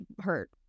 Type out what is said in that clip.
hurt